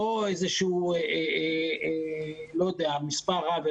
לא איזשהו מספר רב,